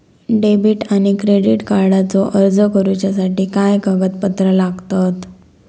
Debit आणि credit कार्डचो अर्ज करुच्यासाठी काय कागदपत्र लागतत?